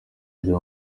byo